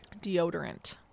Deodorant